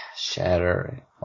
Shatter